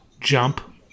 jump